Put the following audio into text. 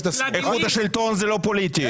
איכות השלטון זה לא פוליטי.